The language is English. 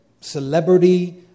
celebrity